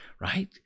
Right